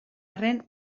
arren